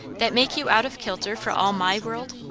that make you out of kilter for all my world.